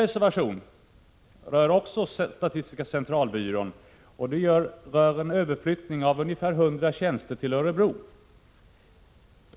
Reservation 6 rör också statistiska centralbyrån, och det gäller en överflyttning av ungefär 100 tjänster till Örebro.